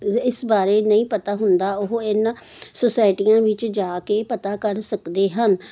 ਇਹ ਇਸ ਬਾਰੇ ਨਹੀਂ ਪਤਾ ਹੁੰਦਾ ਉਹ ਇਹਨਾਂ ਸੋਸਾਇਟੀਆਂ ਵਿੱਚ ਜਾ ਕੇ ਪਤਾ ਕਰ ਸਕਦੇ ਹਨ